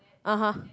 (uh huh)